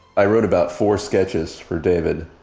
i wrote about four sketches for david.